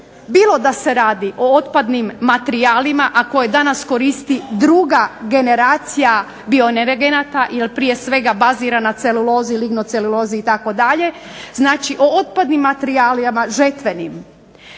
bilo da se radi o otpadnim materijalima koje danas koristi druga generacija bioenergenata, jer prije svega bazira na celulozi, itd., znači o otpadnim materijalima žetvenim.